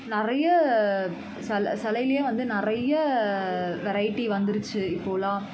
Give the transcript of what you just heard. நிறையா சில சிலையிலையே வந்து நிறைய வெரைட்டி வந்துருச்சு இப்போவெலாம்